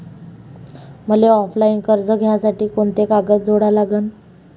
मले ऑफलाईन कर्ज घ्यासाठी कोंते कागद जोडा लागन?